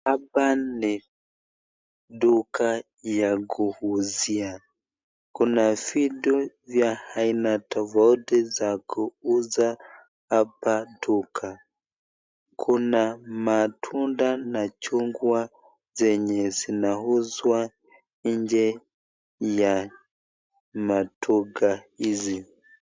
Hapa ni duka ya kuuzia. Kuna vitu za aina tofauti za kuuza hapa duka. Kuna matunda na chungwa zenye zinauzwa nje ya maduka hizi.